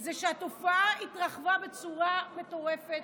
זה שהתופעה התרחבה בצורה מטורפת.